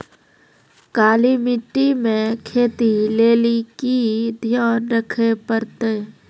काली मिट्टी मे खेती लेली की ध्यान रखे परतै?